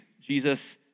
Jesus